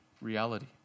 reality